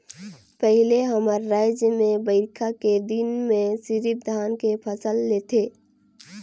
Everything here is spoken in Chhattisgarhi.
पहिले हमर रायज में बईरखा के दिन में सिरिफ धान के फसल लेथे